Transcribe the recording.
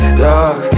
dog